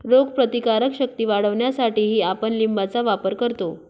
रोगप्रतिकारक शक्ती वाढवण्यासाठीही आपण लिंबाचा वापर करतो